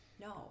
No